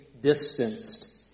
distanced